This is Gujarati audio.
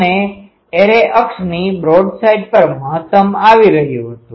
અને એરે અક્ષની બ્રોડસાઇડ પર મહત્તમ આવી રહ્યું હતું